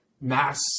mass